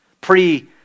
pre